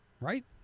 Right